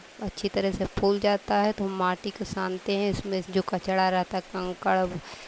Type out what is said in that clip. अच्छी तरह से फूल जाता है तो हम माटी को सानते हैं उसमें से जो कचड़ा रहता हैं कंकड़